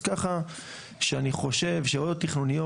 אז ככה שאני חושב שוועדות תכנונית,